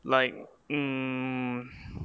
like um